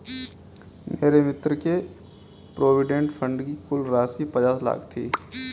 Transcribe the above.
मेरे मित्र के प्रोविडेंट फण्ड की कुल राशि पचास लाख थी